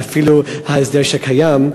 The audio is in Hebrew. ואפילו ההסדר שקיים,